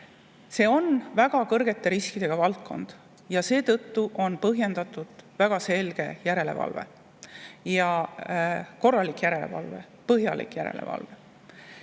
See on väga kõrgete riskidega valdkond ja seetõttu on põhjendatud väga selge järelevalve: korralik ja põhjalik järelevalve.